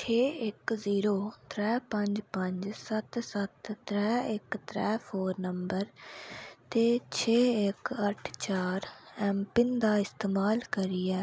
छे इक जीरो त्रै पंज पंज सत्त सत्त त्रै इक त्रै फोन नंबर ते छे इक अट्ठ चार ऐम्मपिन दा इस्तमाल करियै